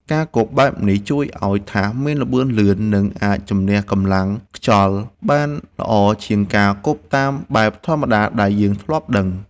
ការគប់បែបនេះជួយឱ្យថាសមានល្បឿនលឿន និងអាចជម្នះកម្លាំងខ្យល់បានល្អជាងការគប់តាមបែបធម្មតាដែលយើងធ្លាប់ដឹង។